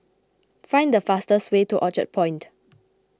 find the fastest way to Orchard Point